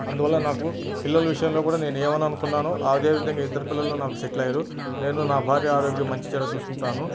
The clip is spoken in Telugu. అందువల్ల నాకు పిల్లల విషయంలో కూడా నేను ఏమని అనుకున్నానో అదే విధంగా ఇద్దరు పిల్లలు నాకు సెటిల్ అయ్యారు నేను నా భార్య ఆరోగ్యం మంచి చెడ్డా చూసుకుంటాను